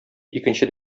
икенче